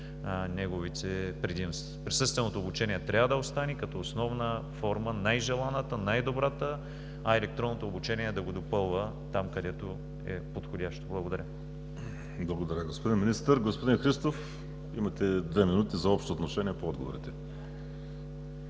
неговите предимства. Присъственото обучение трябва да остане като основна форма – най-желаната, най-добрата, а електронното обучение да го допълва там, където е подходящо. Благодаря. ПРЕДСЕДАТЕЛ ВАЛЕРИ СИМЕОНОВ: Благодаря, господин Министър. Господин Христов, имате две минути за общо отношение по отговорите.